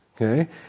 Okay